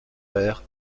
père